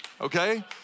okay